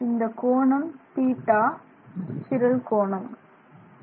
இந்த கோணம் θ என்பது சிரல் கோணமாகும்